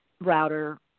router